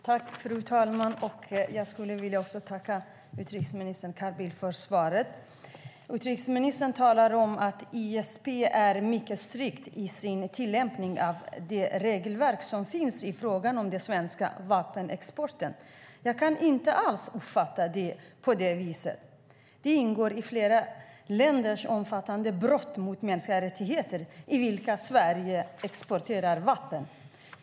Fru talman! Jag vill tacka utrikesminister Carl Bildt för svaret. Utrikesministern talar om att ISP är mycket strikt i sin tillämpning av det regelverk som finns i fråga om den svenska vapenexporten. Jag kan inte alls uppfatta det på det viset. Det ingår i flera länders omfattande brott mot mänskliga rättigheter, länder till vilka Sverige exporterar vapen.